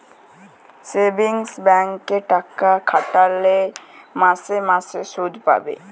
savings ব্যাংকে টাকা খাটাইলে মাসে মাসে সুদ পাবে